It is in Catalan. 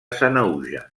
sanaüja